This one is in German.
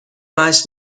meist